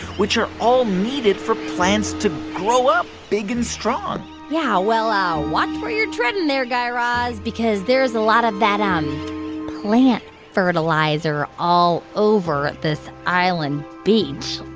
which are all needed for plants to grow up big and strong yeah. well, watch where you're treading there, guy raz, because there is a lot of that um plant fertilizer all over this island beach.